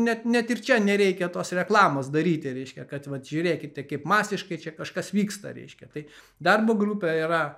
net net ir čia nereikia tos reklamos daryti reiškia kad vat žiūrėkite kaip masiškai čia kažkas vyksta reiškia tai darbo grupė yra